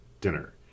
dinner